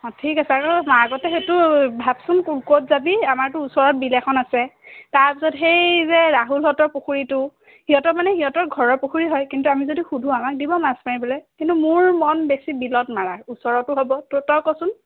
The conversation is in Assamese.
অঁ ঠিক আছে আৰু আগতে সেইটো ভাবচোন ক'ত যাবি আমাৰতো ওচৰত বিল এখন আছে তাৰপিছত সেই যে ৰাহুলহঁতৰ পুখুৰীটো সিহঁতৰ মানে সিহঁতৰ ঘৰৰ পুখুৰী হয় কিন্তু আমি যদি সোধো আমাক দিব মাছ মাৰিবলৈ কিন্তু মোৰ মন বেছি বিলত মাৰাৰ ওচৰতো হ'ব তোৰ তই কচোন